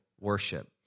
worship